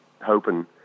hoping